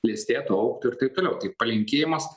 klestėtų augtų ir taip toliau tai palinkėjimas